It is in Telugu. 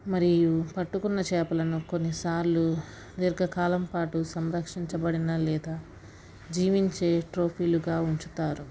మరియు పట్టుకున్న చేపలను కొన్నిసార్లు దీర్ఘకాలం పాటు సంరక్షించబడిన లేదా జీవించే ట్రోఫీలుగా ఉంచుతారు